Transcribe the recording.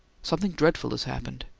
something dreadful has happened.